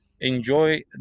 enjoy